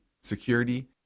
security